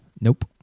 Nope